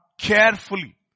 carefully